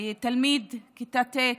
תלמיד כיתה ט'